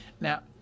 Now